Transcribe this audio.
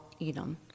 Edom